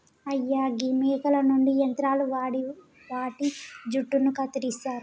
అయ్యా గీ మేకల నుండి యంత్రాలు వాడి వాటి జుట్టును కత్తిరిస్తారు